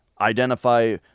identify